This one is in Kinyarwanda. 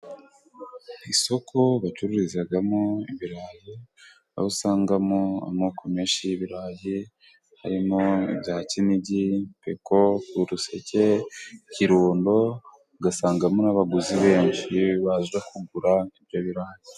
ku isoko bacururizamo ibirayi aho usangamo amoko menshi y'ibirayi harimo ibya kinigi, peko, kuruseke, kirundo ugasangamo n'abaguzi benshi baza kugura ibyo birayi.